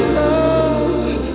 love